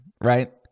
right